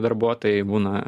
darbuotojai būna